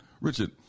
Richard